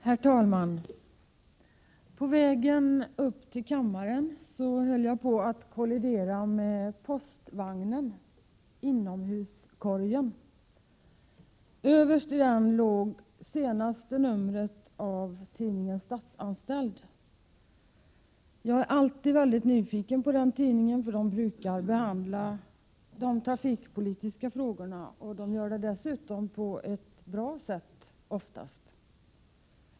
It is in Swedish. Herr talman! På väg hit till kammaren höll jag på att kollidera med interna postvagnen. Överst i postkorgen låg senaste numret av tidningen Statsanställd. Jag är alltid mycket nyfiken på vad som skrivs i den tidningen. Där brukar man nämligen behandla trafikfrågor — och oftast på ett bra sätt.